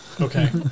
Okay